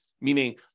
meaning